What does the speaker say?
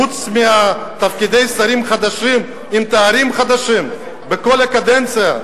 חוץ מלהמצאת תפקידי שרים חדשים עם תארים חדשים בכל קדנציה,